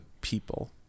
people